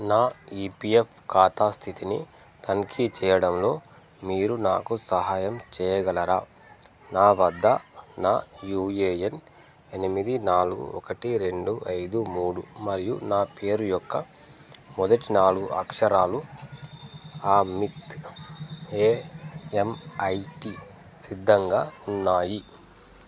నా ఈపీఎఫ్ ఖాతా స్థితిని తనిఖీ చేయడంలో మీరు నాకు సహాయం చేయగలరా నా వద్ద నా యూఏఎన్ ఎనిమిది నాలుగు ఒకటి రెండు ఐదు మూడు మరియు నా పేరు యొక్క మొదటి నాలుగు అక్షరాలు ఆమిత్ ఏఎంఐటీ సిద్ధంగా ఉన్నాయి